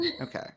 Okay